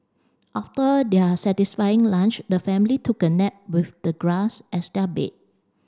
after their satisfying lunch the family took a nap with the grass as their bed